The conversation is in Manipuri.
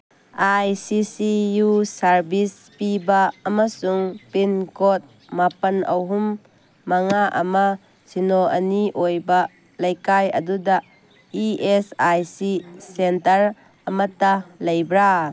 ꯑꯥꯏ ꯁꯤ ꯁꯤ ꯌꯨ ꯁꯥꯔꯚꯤꯁ ꯄꯤꯕ ꯑꯃꯁꯨꯡ ꯄꯤꯟꯀꯣꯠ ꯃꯥꯄꯟ ꯑꯍꯨꯝ ꯃꯉꯥ ꯑꯃ ꯁꯤꯅꯣ ꯑꯅꯤ ꯑꯣꯏꯕ ꯂꯩꯀꯥꯏ ꯑꯗꯨꯗ E S I C centre ꯑꯃꯇ ꯂꯩꯕ꯭ꯔꯥ